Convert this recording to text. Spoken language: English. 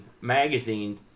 magazine